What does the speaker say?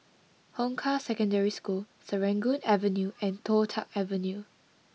Hong Kah Secondary School Serangoon Avenue and Toh Tuck Avenue